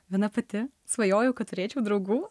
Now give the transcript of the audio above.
viena pati svajojau kad turėčiau draugų